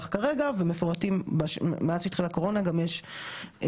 גם יש את האשרות שלך,